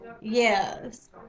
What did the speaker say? yes